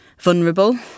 vulnerable